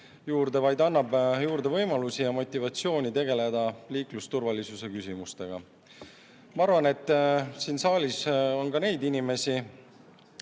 vaid annab juurde võimalusi ja motivatsiooni tegeleda liiklusturvalisuse küsimustega. Ma arvan, et siin saalis on ka neid inimesi,